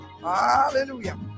Hallelujah